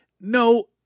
no